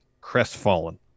crestfallen